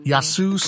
Yasu